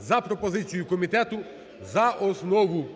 за пропозицією комітету за основу.